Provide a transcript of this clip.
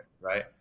right